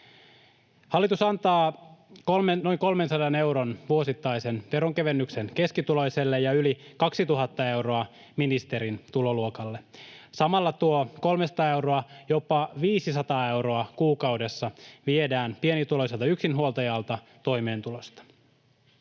Hallitus antaa noin 300 euron vuosittaisen veronkevennyksen keskituloiselle ja yli 2 000 euroa ministerin tuloluokalle. Samalla tuo 300 euroa, jopa 500 euroa kuukaudessa viedään pienituloiselta yksinhuoltajalta toimeentulosta.